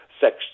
sex